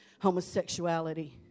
homosexuality